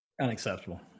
unacceptable